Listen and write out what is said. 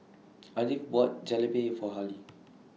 Ardith bought Jalebi For Halley